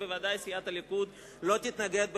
אף-על-פי שבוודאי סיעת הליכוד לא תתנגד,